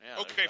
Okay